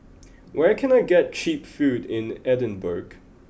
where can I get cheap food in Edinburgh